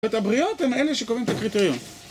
את הבריות הן אלה שקובעים את הקריטריון.